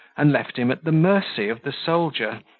and left him at the mercy of the soldier,